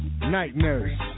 Nightmares